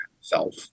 self